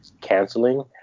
canceling